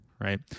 right